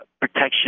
protection